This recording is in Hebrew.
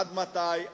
עד מתי?